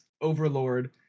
overlord